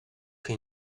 che